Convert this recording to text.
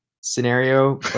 scenario